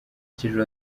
cy’ejo